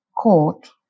court